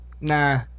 Nah